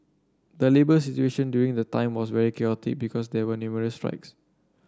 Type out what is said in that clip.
the labour situation during the time was very chaotic because there were numerous strikes